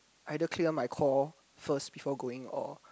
either clear my core first before going or